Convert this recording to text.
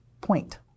point